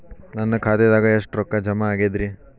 ನನ್ನ ಖಾತೆದಾಗ ಎಷ್ಟ ರೊಕ್ಕಾ ಜಮಾ ಆಗೇದ್ರಿ?